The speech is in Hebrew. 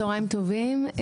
צוהריים טובים,